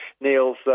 Neil's